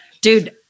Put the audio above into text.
Dude